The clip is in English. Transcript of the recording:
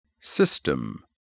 System